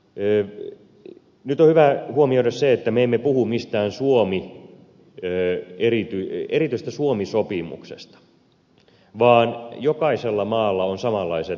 nyt on hyvä huomioida se että me emme puhu mistään erityisestä suomi sopimuksesta vaan jokaisella maalla on samanlaiset sopimusehdot